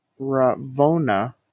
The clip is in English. Ravona